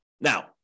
Now